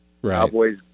Cowboys